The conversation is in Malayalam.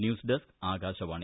news desk Akashvani